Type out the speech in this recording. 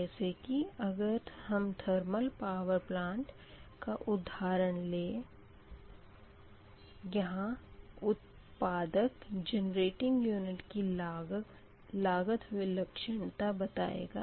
जैसे कि अगर हम थर्मल प्लांट का उधारण लें यहाँ उत्पादक जनरेटिंग यूनिट की लागत विलक्षणता बताएगा